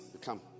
come